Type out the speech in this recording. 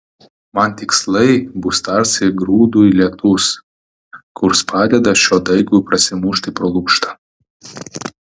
man tikslai bus tarsi grūdui lietus kurs padeda šio daigui prasimušti pro lukštą